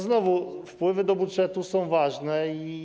Znowu wpływy do budżetu są ważne.